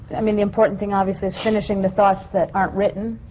i mean, the important thing obviously is finishing the thoughts that aren't written.